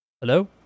Hello